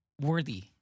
...worthy